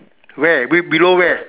where below where